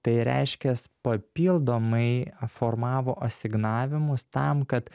tai reiškias papildomai aformavo asignavimus tam kad